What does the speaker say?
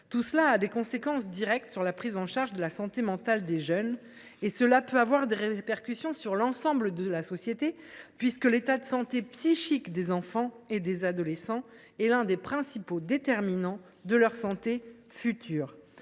Tout cela a des conséquences directes sur la prise en charge de la santé mentale des jeunes et peut avoir des répercussions sur l’ensemble de la société, puisque l’état de santé psychique des enfants et des adolescents est l’un des principaux déterminants de leur santé future.